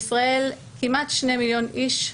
בישראל כמעט 2 מיליון איש,